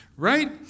Right